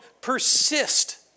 persist